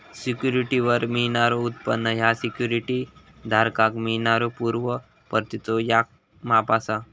सिक्युरिटीवर मिळणारो उत्पन्न ह्या सिक्युरिटी धारकाक मिळणाऱ्यो पूर्व परतीचो याक माप असा